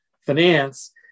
finance